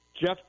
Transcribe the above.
Jeff